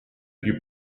più